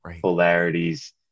polarities